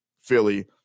Philly